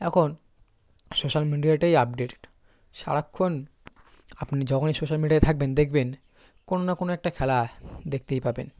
এখন সোশ্যাল মিডিয়াটাই আপডেট সারাক্ষণ আপনি যখনই সোশ্যাল মিডিয়ায় থাকবেন দেখবেন কোনো না কোনো একটা খেলা দেখতেই পাবেন